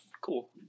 Cool